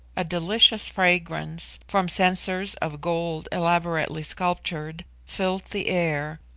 a delicious fragrance, from censers of gold elaborately sculptured, filled the air.